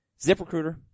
ZipRecruiter